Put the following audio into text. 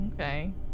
Okay